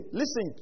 listen